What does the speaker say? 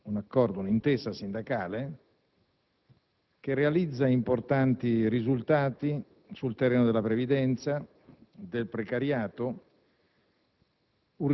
ratifica un'intesa sindacale che realizza importanti risultati sul terreno della previdenza e del precariato: